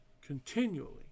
continually